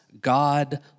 God